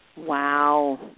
Wow